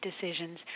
decisions